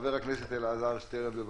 חבר הכנסת אלעזר שטרן, בבקשה.